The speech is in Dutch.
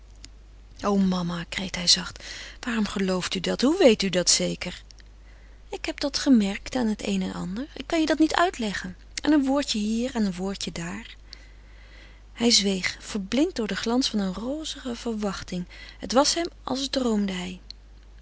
o mama kreet hij zacht waarom gelooft u dat hoe weet u dat zeker ik heb dat gemerkt aan het een en ander ik kan je dat niet uitleggen aan een woordje hier aan een woordje daar hij zweeg verblind door den glans eener rozige verwachting het was hem als droomde hij